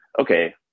okay